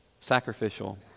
sacrificial